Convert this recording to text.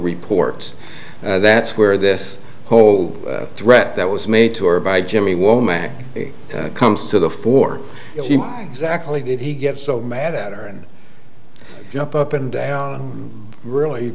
reports that's where this whole threat that was made to her by jimmy womack comes to the for exactly did he get so mad at her and up up and down really